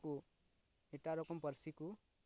ᱟᱠᱚ ᱮᱴᱟᱜ ᱨᱚᱠᱚᱢ ᱯᱟᱹᱨᱥᱤ ᱠᱚ